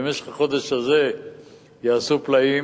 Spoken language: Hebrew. במשך החודש הזה יעשו פלאים?